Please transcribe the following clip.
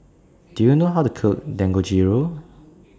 Do YOU know How to Cook Dangojiru